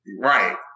Right